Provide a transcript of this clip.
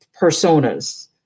personas